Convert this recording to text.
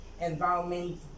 environment